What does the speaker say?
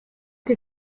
que